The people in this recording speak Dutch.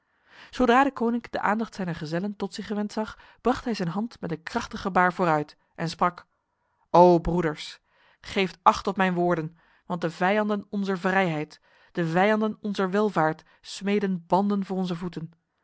zodra deconinck de aandacht zijner gezellen tot zich gewend zag bracht hij zijn hand met een krachtig gebaar vooruit en sprak o broeders geeft acht op mijn woorden want de vijanden onzer vrijheid de vijanden onzer welvaart smeden banden voor onze voeten